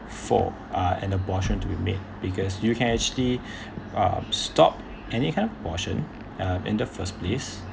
for uh an abortion to be made because you can actually um stop any kind of abortion um in the first place